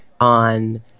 on